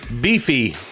beefy